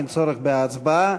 אין צורך בהצבעה